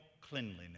cleanliness